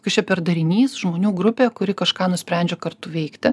kas čia per darinys žmonių grupė kuri kažką nusprendžia kartu veikti